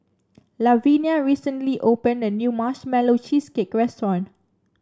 Lavinia recently opened a new Marshmallow Cheesecake restaurant